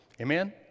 Amen